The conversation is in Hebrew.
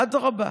אדרבה.